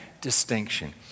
distinction